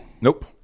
Nope